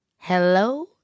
Hello